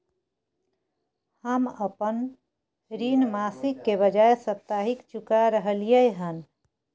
हम अपन ऋण मासिक के बजाय साप्ताहिक चुका रहलियै हन